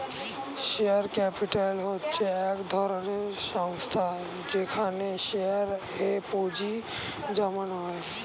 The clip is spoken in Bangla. শেয়ার ক্যাপিটাল হচ্ছে এক ধরনের সংস্থা যেখানে শেয়ারে এ পুঁজি জমানো হয়